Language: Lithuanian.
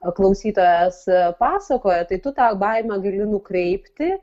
sklausytojas pasakojo tai tu tą baimę gali nukreipti